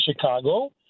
Chicago